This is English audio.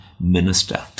minister